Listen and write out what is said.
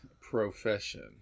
profession